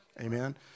Amen